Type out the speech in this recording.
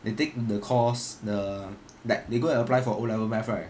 they take the course the that they go and apply for O level maths right